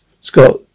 Scott